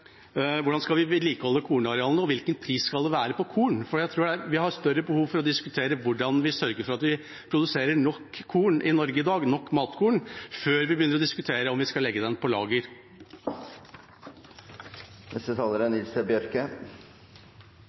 hvordan vi skal vedlikeholde kornarealene, og hvilken pris det skal være på korn, for jeg tror vi har større behov for å diskutere hvordan vi sørger for at vi produserer nok matkorn i Norge i dag, før vi begynner å diskutere om vi skal lagre. Statsråden er oppteken av lokalt sjølvstyre og lurar på kvifor ikkje Senterpartiet er